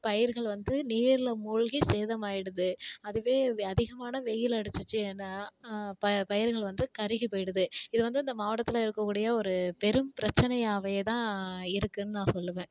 பயிர்கள் வந்து நீரில் மூழ்கி சேதமாயிடுது அதுவே அதிகமான வெயில் அடிச்சுச்சின்னா ப பயிர்கள் வந்து கருகிப் போயிடுது இது வந்து அந்த மாவட்டத்தில் இருக்கக்கூடிய ஒரு பெரும் பிரச்சினையாவே தான் இருக்குதுன்னு நான் சொல்லுவேன்